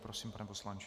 Prosím, pane poslanče.